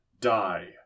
die